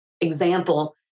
example